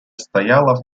стояла